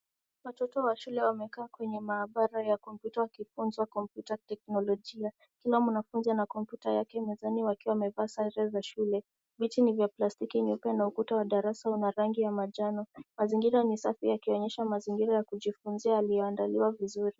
Watoto wa shule wamekaa kwenye maabara ya kompyuta wakifuzwa kompyuta teknolojia. Kila mwanafuzi ana kompyuta yake mezani wakiwa wamevaa sare za shule. Viti ni vya plastiki nyeupe na ukuta wa darasa una rangi ya manjano. Mazingira ni safi yakionyesha mazingira ya kujifuzia yaliyoandaliwa vizuri.